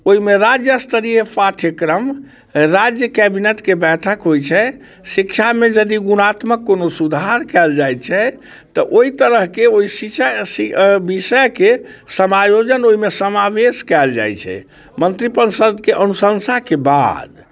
ओहिमे राज्य स्तरीय पाठ्यक्रम राज्य कैबिनेटके बैठक होइत छै शिक्षामे यदि गुणात्मक कोनो सुधार कयल जाइत छै तऽ ओहि तरहके ओहि शिचा विषयके समायोजन ओहिमे समावेश कयल जाइत छै मन्त्री परिषदके अनुशंसाके बाद